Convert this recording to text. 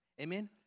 Amen